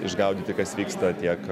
išgaudyti kas vyksta tiek